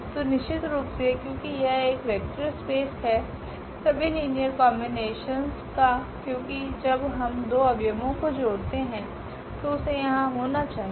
तो निश्चितरुप से क्योकि यह एक वेक्टर स्पेस है सभी लीनियर कोम्बिनेशंस का क्योकि जब हम दो अव्यवों को जोड़ते है तो उसे यहाँ होना चाहिए